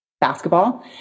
basketball